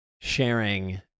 sharing